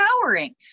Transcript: empowering